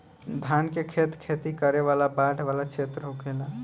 धान के खेत खेती करे वाला बाढ़ वाला क्षेत्र होखेला